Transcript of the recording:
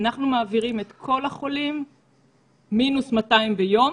אנחנו מעבירים את כל החולים מינוס 200 ביום